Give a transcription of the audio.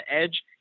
edge